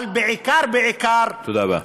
אבל בעיקר, בעיקר, תודה רבה.